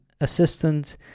assistant